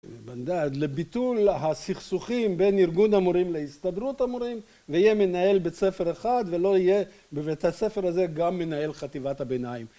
לביטול הסכסוכים בין ארגון המורים להסתדרות המורים ויהיה מנהל בית ספר אחד ולא יהיה בבית הספר הזה גם מנהל חטיבת הביניים